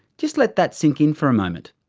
just let that sink in for a moment.